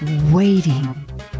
waiting